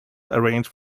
arranged